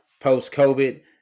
post-COVID